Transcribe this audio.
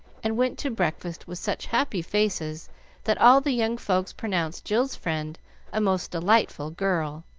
and went to breakfast with such happy faces that all the young folks pronounced jill's friend a most delightful girl.